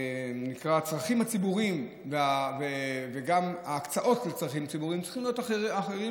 הצרכים הציבוריים וגם ההקצאות לצרכים ציבוריים צריכים להיות אחרים,